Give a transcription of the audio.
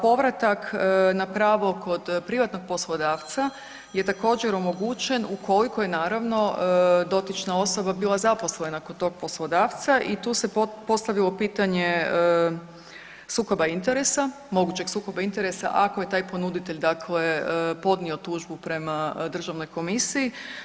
Povratak na pravo kod privatnog poslodavca je također omogućen ukoliko je naravno dotična osoba bila zaposlena kod tog poslodavca i tu se postavilo pitanje sukoba interesa, mogućeg sukoba interesa ako je taj ponuditelj dakle podnio tužbu prema Državnoj komisiji.